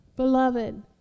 Beloved